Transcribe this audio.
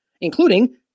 including